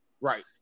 Right